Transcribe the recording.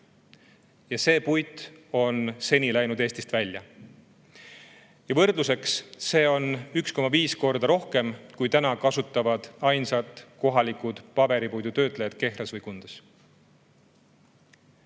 See puit on seni läinud Eestist välja. Võrdluseks: seda on 1,5 korda rohkem, kui kasutavad ainsad kohalikud paberipuidutöötlejad Kehras või Kundas.